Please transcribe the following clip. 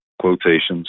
quotations